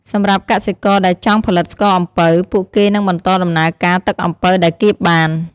សម្រាប់កសិករដែលចង់ផលិតស្ករអំពៅ ពួកគេនឹងបន្តដំណើរការទឹកអំពៅដែលកៀបបាន។